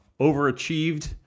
overachieved